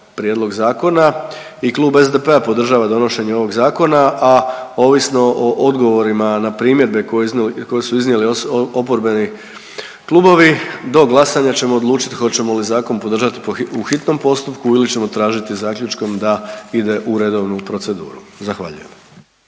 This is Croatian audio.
prijedlog zakona i klub SDP-a podržava donošenje ovog zakona, a ovisno o odgovorima na primjedbe koje su iznijeli oporbeni klubovi do glasanja ćemo odlučiti hoćemo li zakon podržati u hitnom postupku ili ćemo tražiti zaključkom da ide u redovnu proceduru. Zahvaljujem.